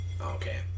Okay